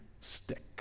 stick